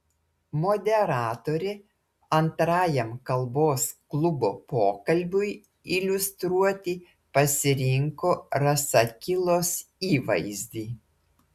moderatorė antrajam kalbos klubo pokalbiui iliustruoti pasirinko rasakilos įvaizdį